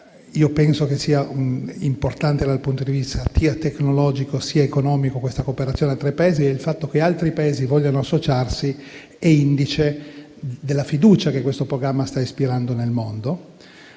i Paesi sia importante dal punto di vista sia tecnologico, sia economico e che il fatto che altri Paesi vogliano associarsi sia indice della fiducia che questo programma sta ispirando nel mondo.